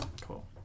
Cool